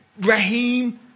Raheem